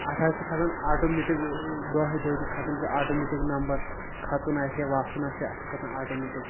اتھ حظ چھُ کھژان آٹومیٹِک دۄہٕے دۄہیہِ دُہۍ کھژان چھُ آٹومیٹِک نمبر کھژُن آسہِ یا وسُن آسہِ ہا اتھ چھُ کھژان آٹومیٹِک